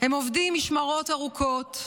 עובדים משמרות ארוכות,